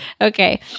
okay